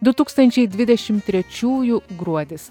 du tūkstančiai dvidešimt trečiųjų gruodis